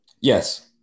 Yes